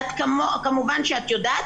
כמובן שאת יודעת,